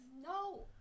No